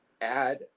add